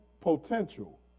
potential